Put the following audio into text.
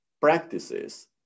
practices